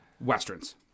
westerns